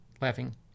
Laughing